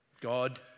God